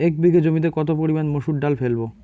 এক বিঘে জমিতে কত পরিমান মুসুর ডাল ফেলবো?